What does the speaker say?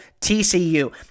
TCU